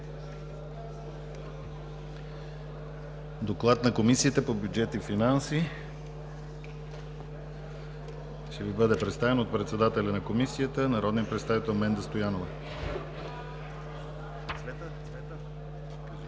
Докладът на Комисията по бюджет и финанси ще Ви бъде представен от председателя на Комисията - народния представител Менда Стоянова. ДОКЛАДЧИК